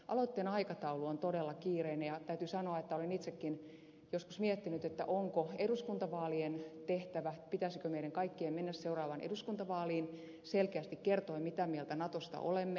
aloitteen aikataulu on todella kiireinen ja täytyy sanoa että olen itsekin joskus miettinyt pitäisikö meidän kaikkien mennä seuraavaan eduskuntavaaliin selkeästi kertoen mitä mieltä natosta olemme